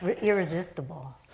irresistible